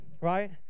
right